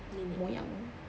nenek